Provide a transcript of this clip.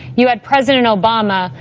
you had president obama,